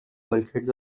bulkheads